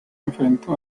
enfrentó